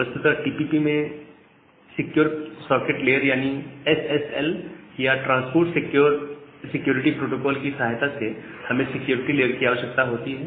वस्तुतः टीसीपी में secure socket layer यानी एसएसएल या ट्रांसपोर्ट लेयर सिक्योरिटी प्रोटोकॉल की सहायता से हमें सिक्योरिटी लेयर की आवश्यकता होती है